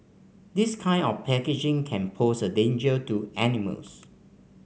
this kind of packaging can pose a danger to animals